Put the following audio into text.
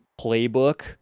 playbook